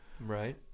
Right